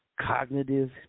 Cognitive